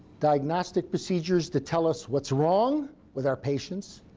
diagnostic procedures to tell us what's wrong with our patients,